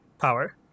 power